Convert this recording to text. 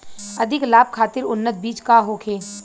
अधिक लाभ खातिर उन्नत बीज का होखे?